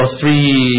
three